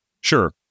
Sure